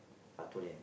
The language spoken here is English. I told them